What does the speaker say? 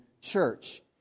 church